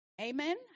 Amen